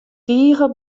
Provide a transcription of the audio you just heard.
tige